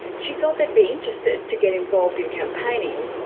she thought they'd be interested to get involved in campaigning.